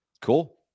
Cool